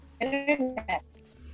internet